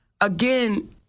again